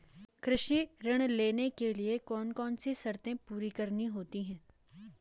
कृषि ऋण लेने के लिए कौन कौन सी शर्तें पूरी करनी होती हैं?